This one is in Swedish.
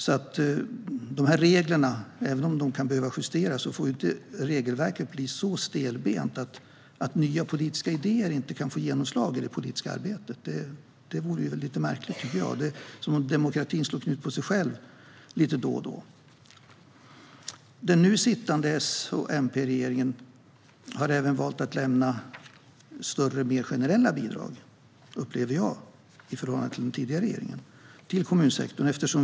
Även om reglerna kan behöva justeras får inte regelverket bli så stelbent att nya politiska idéer inte kan få genomslag i det politiska arbetet. Det vore lite märkligt, tycker jag - som om demokratin skulle slå knut på sig själv lite då och då. Den nu sittande S-MP-regeringen har även valt att lämna större och mer generella bidrag än den tidigare regeringen - så upplever jag det - till kommunsektorn.